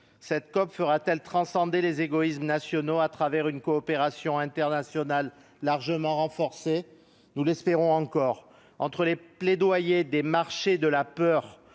Cette COP permettra-t-elle de transcender les égoïsmes nationaux grâce à une coopération internationale largement renforcée ? Nous l'espérons encore. Entre les plaidoyers des « marchés de la peur